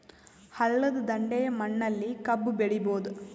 ಹಳ್ಳದ ದಂಡೆಯ ಮಣ್ಣಲ್ಲಿ ಕಬ್ಬು ಬೆಳಿಬೋದ?